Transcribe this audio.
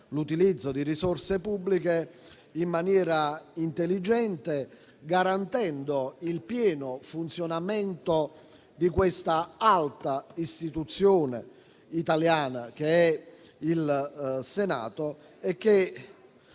l'utilizzo di risorse pubbliche in maniera intelligente, garantendo il pieno funzionamento di questa alta istituzione italiana che è il Senato e che